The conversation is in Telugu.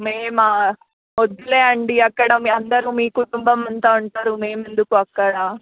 మేమా వద్దులే అండీ అక్కడ మీ అందరు మీ కుటుంబం అంతా ఉంటారు మేము ఎందుకు అక్కడ